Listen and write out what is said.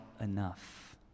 enough